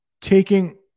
taking